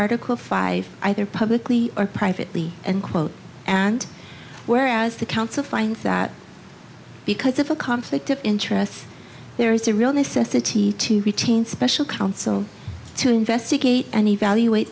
article five either publicly or privately and quote and whereas the council finds that because of a conflict of interests there is a real necessity to retain special counsel to investigate and evaluate